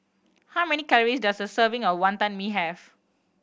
how many calories does a serving of Wantan Mee have